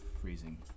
freezing